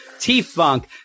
T-Funk